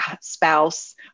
spouse